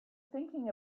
thinking